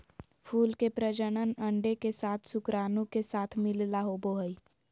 फूल के प्रजनन अंडे के साथ शुक्राणु के साथ मिलला होबो हइ